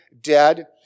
dead